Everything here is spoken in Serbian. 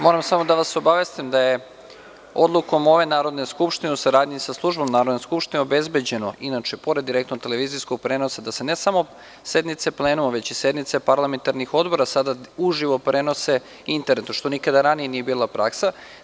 Moram samo da vas obavestim da je odlukom ove Narodne skupštine u saradnji sa službom Narodne skupštine obezbeđeno i pored direktnog televizijskog prenosa, da se ne samo sednice plenuma već i sednice parlamentarnih odbora sada uživo prenose internetom što nikada ranije nije bila praksa.